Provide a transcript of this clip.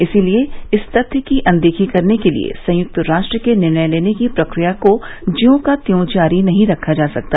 इसलिए इस तथ्य की अनदेखी करने के लिए संयुक्त राष्ट्र के निर्णय लेने की प्रक्रिया को ज्यों का त्यों जारी नहीं रखा जा सकता